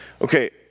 Okay